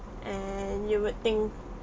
and you would think